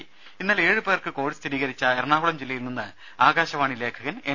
രുമ ഇന്നലെ ഏഴ് പേർക്ക് കോവിഡ് സ്ഥിരീകരിച്ച എറണാകുളം ജില്ലയിൽ നിന്ന് ആകാശവാണി ലേഖകൻ എൻ